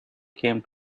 came